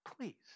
Please